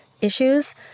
issues